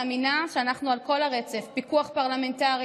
אני מאמינה שאנחנו על כל הרצף: פיקוח פרלמנטרי,